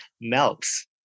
melts